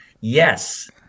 Yes